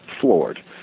floored